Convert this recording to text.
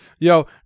Yo